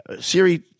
Siri